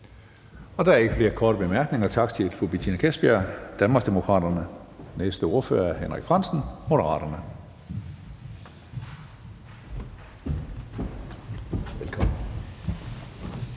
Der er ikke flere korte bemærkninger. Tak til fru Betina Kastbjerg, Danmarksdemokraterne. Den næste ordfører er Henrik Frandsen, Moderaterne. Kl.